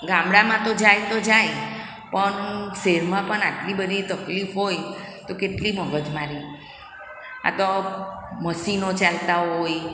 ગામડામાં તો જાય તો જાય પણ શહેરમાં પણ આટલી બધી તકલીફો હોય તો કેટલી મગજમારી આ તો મશીનો ચાલતા હોય